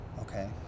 Okay